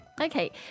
Okay